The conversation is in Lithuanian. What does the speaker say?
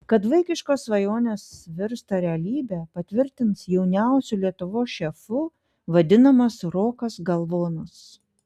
kad vaikiškos svajonės virsta realybe patvirtins jauniausiu lietuvos šefu vadinamas rokas galvonas